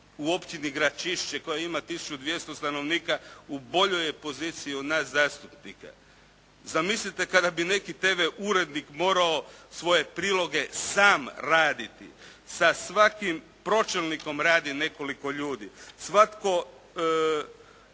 u Općini Gračišće koja ima tisuću 200 stanovnika u boljoj je poziciji od nas zastupnika. Zamislite kada bi neki TV urednik morao svoje priloge sam raditi. Sa svakim pročelnikom radi nekoliko ljudi. Svatko